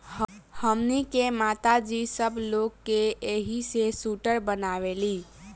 हमनी के माता जी सब लोग के एही से सूटर बनावेली